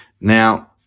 Now